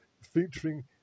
Featuring